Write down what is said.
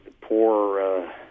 poor